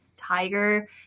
tiger